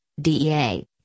DEA